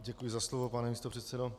Děkuji za slovo, pane místopředsedo.